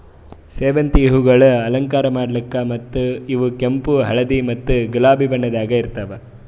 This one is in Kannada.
ಸೇವಂತಿಗೆ ಹೂವುಗೊಳ್ ಅಲಂಕಾರ ಮಾಡ್ಲುಕ್ ಮತ್ತ ಇವು ಕೆಂಪು, ಹಳದಿ ಮತ್ತ ಗುಲಾಬಿ ಬಣ್ಣದಾಗ್ ಇರ್ತಾವ್